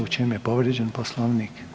U čemu je povrijeđen Poslovnik?